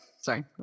Sorry